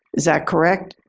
is that correct?